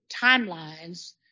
timelines